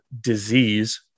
Disease